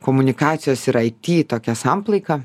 komunikacijos ir it tokia samplaika